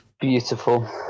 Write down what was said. Beautiful